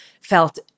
felt